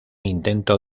intento